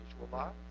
visualize